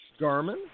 Garmin